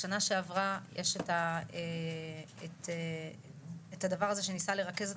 בשנה שעברה יש את הדבר הזה שניסה לרכז את